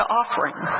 offering